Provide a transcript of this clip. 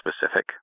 specific